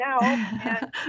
now